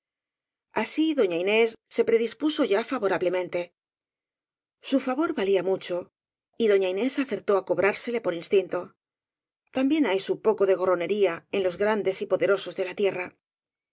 así doña inés se predispuso ya favorablemente su favor valía mucho y doña inés acertó á co brársele por instinto también hay su poco de gorronería en los grandes y poderosos de la tierra